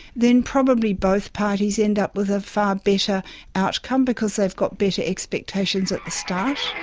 then probably both parties end up with a far better outcome because they've got better expectations at the start.